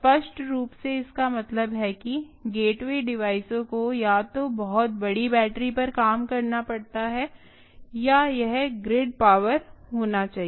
स्पष्ट रूप से इसका मतलब है कि गेटवे डिवाइसों को या तो बहुत बड़ी बैटरी पर काम करना पड़ता है या यह ग्रिड पावर होना चाहिए